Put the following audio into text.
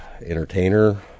entertainer